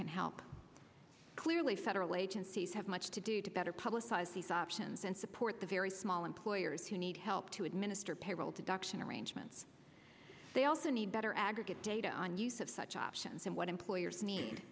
can help clearly federal agencies have much to do to better publicize these options and support the very small employers who need help to administer payroll deduction arrangements they also need better aggregate data on use of such options and what employers